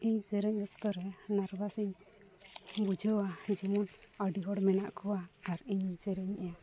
ᱤᱧ ᱥᱮᱨᱮᱧ ᱚᱠᱛᱚᱨᱮ ᱱᱟᱨᱵᱷᱟᱥᱤᱧ ᱵᱩᱡᱷᱟᱹᱣᱟ ᱡᱮᱢᱚᱱ ᱟᱹᱰᱤᱦᱚᱲ ᱢᱮᱱᱟᱜ ᱠᱚᱣᱟ ᱟᱨ ᱤᱧ ᱥᱮᱨᱮᱧᱮᱫᱟ